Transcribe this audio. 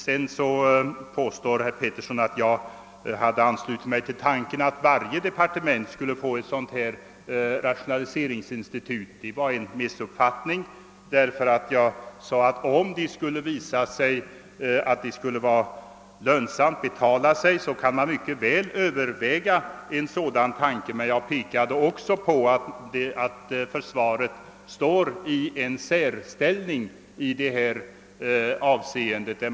Herr Petersson påstod att jag hade anslutit mig till tanken att varje departement skulle få ett sådant här rationaliseringsinstitut. Det är en missuppfattning av herr Petersson. Jag sade att om det skulle visa sig att det skulle betala sig kan man mycket väl överväga en sådan tanke. Men jag pekade också på att försvaret står i en särställning i detta avseende.